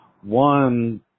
One